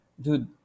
dude